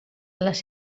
les